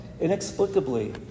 inexplicably